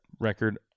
record